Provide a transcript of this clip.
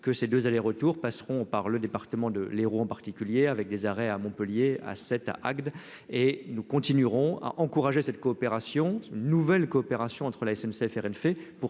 que ces 2 allers-retours passeront par le département de l'Hérault en particulier avec des arrêts à Montpellier, à Sète, Agde et nous continuerons à encourager cette coopération nouvelle coopération entre la SNCF et Rennes